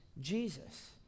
Jesus